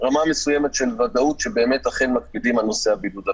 רמה מסוימת של ודאות שאכן מקפידים על נושא הבידוד הביתי.